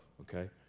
okay